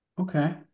Okay